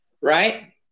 right